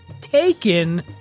taken